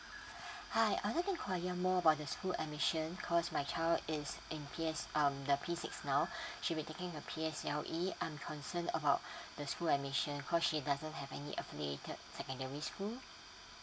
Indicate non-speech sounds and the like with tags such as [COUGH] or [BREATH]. [BREATH] hi I would like to inquire more about the school admission cause my child is in P_S um the P six now [BREATH] she'll be taking her P_S_L_E I'm concerned about [BREATH] the school admission cause she doesn't have affiliated secondary school